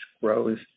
grows